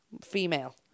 Female